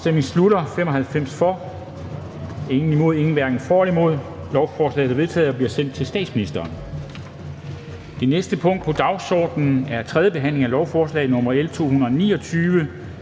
Susanne Zimmer (UFG) og Uffe Elbæk (UFG)), hverken for eller imod stemte 0. Lovforslaget er vedtaget og bliver sendt til statsministeren. --- Det næste punkt på dagsordenen er: 19) 3. behandling af lovforslag nr. L 189